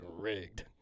rigged